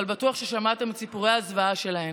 אבל בטוח שמעתם את סיפורי הזוועה שלהן.